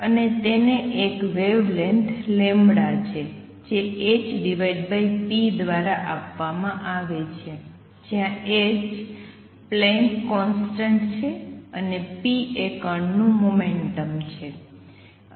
અને તેને એક વેવલેન્થ λ છે જે hp દ્વારા આપવામાં આવે છે જ્યાં h પ્લાન્ક કોંસ્ટંટ છે અને p એ કણ નું મોમેંટમ છે